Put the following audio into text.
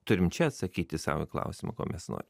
turim čia atsakyti sau į klausimą ko mes norim